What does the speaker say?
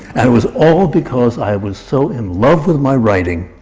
and it was all because i was so in love with my writing